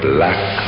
Black